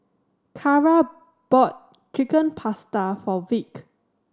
Carra bought Chicken Pasta for Vick